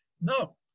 No